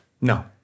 No